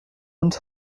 hund